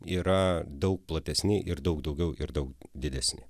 yra daug platesni ir daug daugiau ir daug didesni